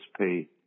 pay